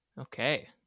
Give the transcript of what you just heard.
Okay